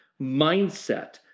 mindset